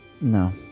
No